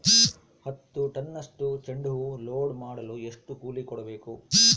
ಹತ್ತು ಟನ್ನಷ್ಟು ಚೆಂಡುಹೂ ಲೋಡ್ ಮಾಡಲು ಎಷ್ಟು ಕೂಲಿ ಕೊಡಬೇಕು?